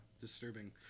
disturbing